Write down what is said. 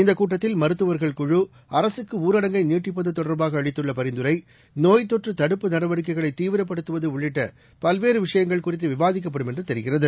இந்த கூட்டத்தில் மருத்துவர்கள் குழு அரசுக்கு ஊரடங்கை நீட்டிப்பது தொடர்பாக அளித்துள்ள பரிந்துரை நோய்த்தொற்று தடுப்பு நடவடிக்கைகளை தீவிரப்படுத்துவது உள்ளிட்ட பல்வேறு விஷயங்கள் குறித்து விவாதிக்கப்படும் என்று தெரிகிறது